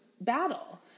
battle